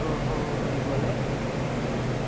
অঁ অঁ দিবলৈ আমি